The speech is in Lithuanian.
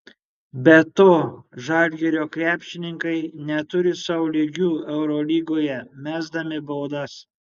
be to žalgirio krepšininkai neturi sau lygių eurolygoje mesdami baudas